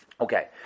Okay